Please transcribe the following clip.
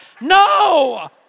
No